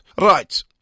Right